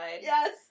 Yes